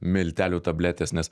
miltelių tabletės nes